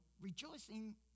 rejoicing